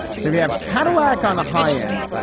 so we have cadillac on the high end.